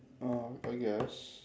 um I guess